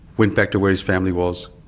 went back to where his family was,